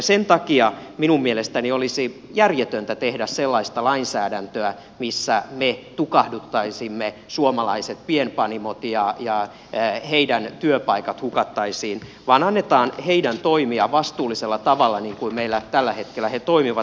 sen takia minun mielestäni olisi järjetöntä tehdä sellaista lainsäädäntöä missä me tukahduttaisimme suomalaiset pienpanimot ja heidän työpaikkansa hukattaisiin vaan annetaan heidän toimia vastuullisella tavalla niin kuin meillä tällä hetkellä he toimivat